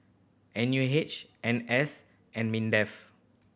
N U H N S and MINDEF